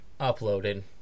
uploaded